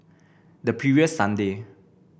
the previous Sunday